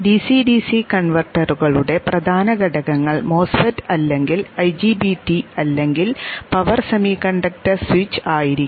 DC DC കൺവെർട്ടറുകളുടെ പ്രധാന ഘടകങ്ങൾ MOSFET അല്ലെങ്കിൽ IGBT അല്ലെങ്കിൽ പവർ സെമികണ്ടക്റ്റർ സ്വിച്ച് ആയിരിക്കും